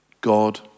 God